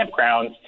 campgrounds